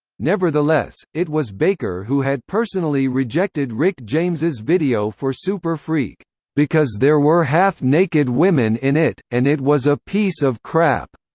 nevertheless, it was baker who had personally rejected rick james' video for super freak because there were half-naked women in it, and it was a piece of crap.